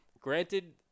granted